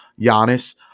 Giannis